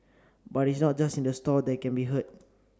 but is not just in the store that they can be heard